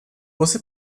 você